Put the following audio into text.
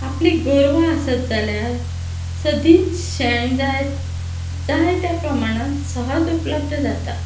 आपली गरवां आसत जाल्यार सदींच शेण जाय जाय त्या प्रमाणान सहज उपलब्ध जाता